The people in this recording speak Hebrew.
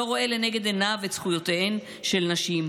שלא רואה לנגד עיניו את זכויותיהן של נשים,